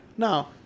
No